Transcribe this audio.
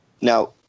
now